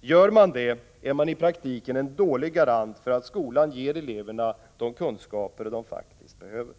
Gör man det är man i praktiken en dålig garant för att skolan ger eleverna de kunskaper de faktiskt behöver.